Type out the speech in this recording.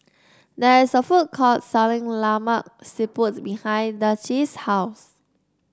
there is a food court selling Lemak Siput behind Dicie's house